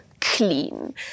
clean